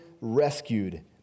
rescued